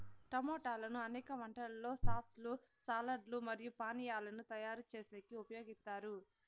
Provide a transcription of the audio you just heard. టమోటాలను అనేక వంటలలో సాస్ లు, సాలడ్ లు మరియు పానీయాలను తయారు చేసేకి ఉపయోగిత్తారు